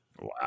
Wow